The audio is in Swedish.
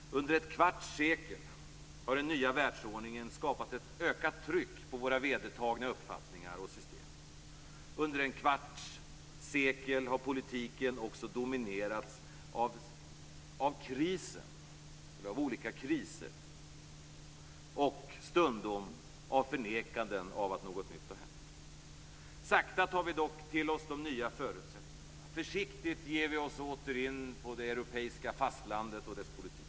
Under ett kvarts sekel har den nya världsordningen skapat ett ökat tryck på våra vedertagna uppfattningar och system. Under ett kvarts sekel har politiken också dominerats av olika kriser liksom stundom av förnekanden av att något nytt har hänt. Sakta tar vi dock till oss de nya förutsättningarna. Försiktigt ger vi oss åter in på det europeiska fastlandet och påverkas av dess politik.